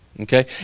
Okay